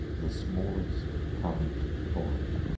the smallest current coin.